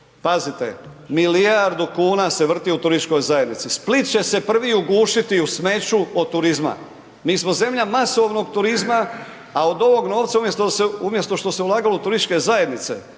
Pazite, milijardu kuna se vrti u turističkoj zajednici, Split će se prvi ugušiti u smeću od turizma. Mi smo zemlja masovnog turizma, a od ovog novca, umjesto što se ulagalo u turističke zajednice